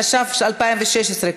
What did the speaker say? התשע"ו 2016,